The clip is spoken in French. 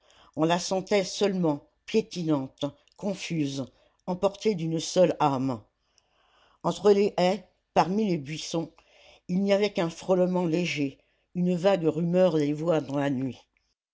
on la sentait seulement piétinante confuse emportée d'une seule âme entre les haies parmi les buissons il n'y avait qu'un frôlement léger une vague rumeur des voix de la nuit